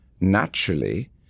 naturally